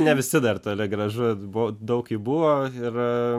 ne visi dar toli gražu buvo daug jų buvo ir